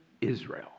Israel